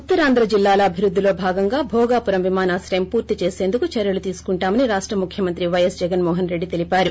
ఉత్తరాంధ్ర జిల్లాల అభివృద్దిలో భాగంగా భోగాపురం విమానశ్రయం పూర్తి చేసేందుకు చర్యలు తీసుకుంటామని రాష్ట ముఖ్యమంత్రి వైఎస్ జగన్ మోహన్ రెడ్డి చెప్పారు